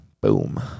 Boom